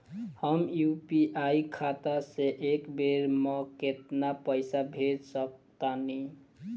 हम यू.पी.आई खाता से एक बेर म केतना पइसा भेज सकऽ तानि?